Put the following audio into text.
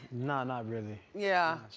not not really. yeah.